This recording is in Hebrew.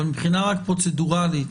מבחינה פרוצדוראלית,